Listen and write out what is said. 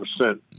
percent